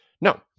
No